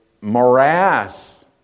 morass